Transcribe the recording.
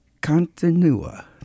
continua